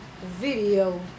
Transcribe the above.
video